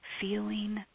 Feeling